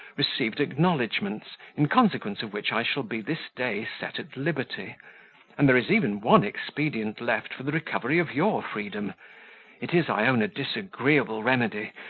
received acknowledgments, in consequence of which i shall be this day set at liberty and there is even one expedient left for the recovery of your freedom it is, i own, a disagreeable remedy,